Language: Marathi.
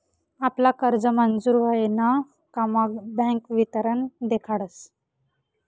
आपला कर्ज मंजूर व्हयन का मग बँक वितरण देखाडस